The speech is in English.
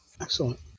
excellent